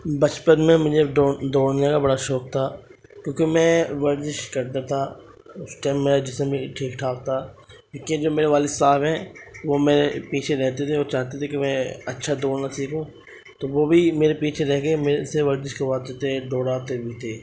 بچپن میں مجھے دوڑ دوڑنے کا بڑا شوق تھا کیونکہ میں ورزش کرتا تھا اس ٹائم میرا جسم بھی ٹھیک ٹھاک تھا کیونکہ جو میرے والد صاحب ہیں وہ میرے پیچھے رہتے تھے وہ چاہتے تھے میں اچھا دوڑنا سیکھوں تو وہ بھی میرے پیچھے رہ کے میرے سے ورزش کرواتے تھے دوڑاتے بھی تھے